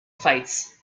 fights